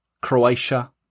Croatia